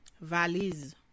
Valise